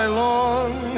long